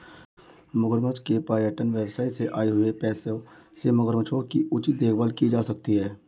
मगरमच्छों के पर्यटन व्यवसाय से आए हुए पैसों से मगरमच्छों की उचित देखभाल की जा सकती है